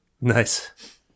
Nice